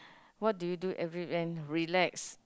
what do you do every weekend relax